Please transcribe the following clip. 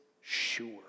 sure